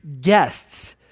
guests